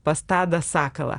pas tadą sakalą